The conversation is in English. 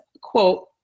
quote